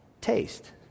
Taste